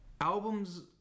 albums